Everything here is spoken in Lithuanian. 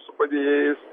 su padėjėjais